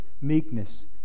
meekness